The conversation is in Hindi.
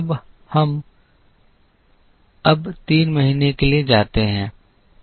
अब हम अब तीन महीने के लिए जाते हैं